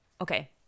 Okay